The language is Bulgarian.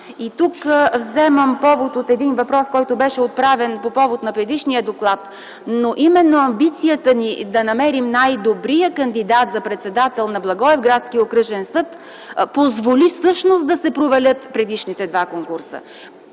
Тук вземам повод от въпрос, който беше отправен по повод на предишния доклад – а именно амбицията ни да намерим най-добрия кандидат за председател на Благоевградския окръжен съд позволи да се провалят предишните два конкурса.